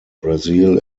brazil